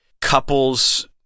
couples